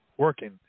working